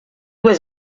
was